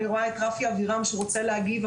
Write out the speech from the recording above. אני רואה את רפי אבירם שרוצה להגיב,